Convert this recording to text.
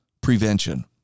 prevention